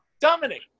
Dominic